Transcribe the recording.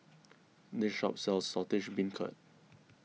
this shop sells Saltish Beancurd